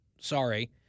Sorry